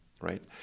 right